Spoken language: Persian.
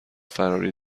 فراری